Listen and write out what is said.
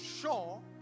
sure